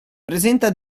presenta